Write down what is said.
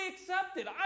accepted